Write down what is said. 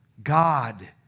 God